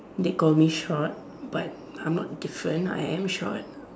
they call me short but I'm not different I am short